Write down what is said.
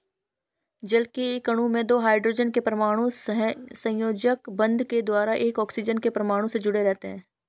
जल के एक अणु में दो हाइड्रोजन के परमाणु सहसंयोजक बंध के द्वारा एक ऑक्सीजन के परमाणु से जुडे़ रहते हैं